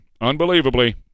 unbelievably